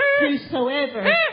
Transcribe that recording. whosoever